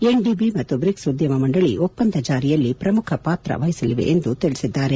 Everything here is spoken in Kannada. ಎನ್ಡಿಬಿ ಮತ್ತು ಬ್ರಿಕ್ಸ್ ಉದ್ಯಮ ಮಂಡಳಿ ಒಪ್ಪಂದ ಜಾರಿಯಲ್ಲಿ ಪ್ರಮುಖ ಪಾತ್ರ ವಹಿಸಲಿದೆ ಎಂದು ತಿಳಿಸಿದ್ದಾರೆ